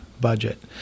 budget